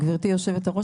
גברתי יושבת-הראש,